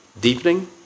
deepening